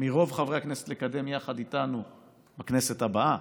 מרוב חברי הכנסת לקדם יחד איתנו בכנסת הבאה,